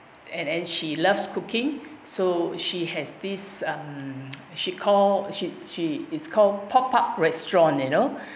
and and she loves cooking so she has this um she call she she it's called pop up restaurant you know